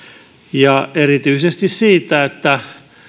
ja erityisesti siitä että